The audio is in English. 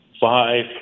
five